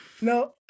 No